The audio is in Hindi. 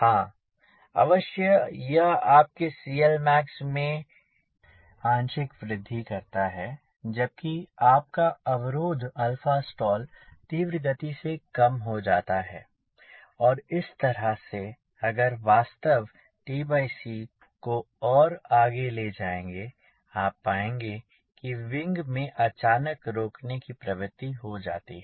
हाँ अवश्य यह आपके CLmax में आंशिक वृद्धि करता है जबकि आपका अवरोधक अल्फा स्टॉल तीव्र गति से कम हो जाता है और इस तरह से अगर वास्तव tc को और आगे ले जाएंगे आप पाएँगे की विंग में अचानक रोकने की प्रवृत्ति हो जाती है